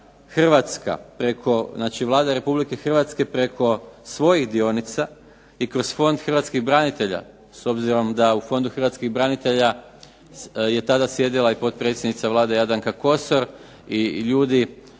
Hrvatska preko znači Vlada Republike Hrvatske preko svojih dionica i kroz Fond hrvatskih branitelja, s obzirom da u Fondu hrvatskih branitelja je tada sjedila i potpredsjednica Vlade Jadranka Kosor i ljudi